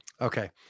Okay